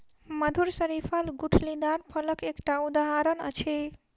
मधुर शरीफा गुठलीदार फलक एकटा उदहारण अछि